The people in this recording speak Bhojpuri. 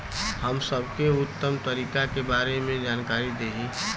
हम सबके उत्तम तरीका के बारे में जानकारी देही?